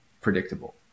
predictable